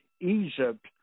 Egypt